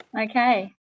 Okay